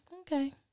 okay